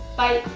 bye!